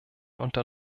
unter